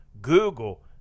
Google